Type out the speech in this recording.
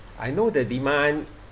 I know the demand